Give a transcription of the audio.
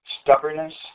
stubbornness